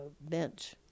bench